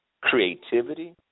creativity